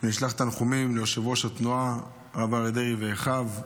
ולשלוח תנחומים ליושב-ראש התנועה הרב אריה דרעי ואחיו,